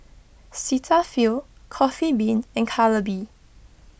Cetaphil Coffee Bean and Calbee